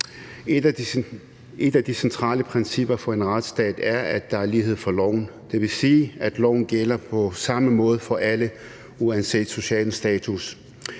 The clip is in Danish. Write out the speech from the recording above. Et af de centrale principper for en retsstat er, at der er lighed for loven. Det vil sige, at loven gælder på samme måde for alle, uanset social status.